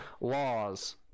laws